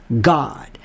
God